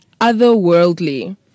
otherworldly